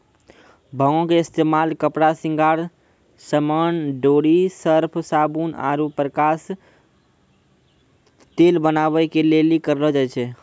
भांगो के इस्तेमाल कपड़ा, श्रृंगार समान, डोरी, सर्फ, साबुन आरु प्रकाश तेल बनाबै के लेली करलो जाय छै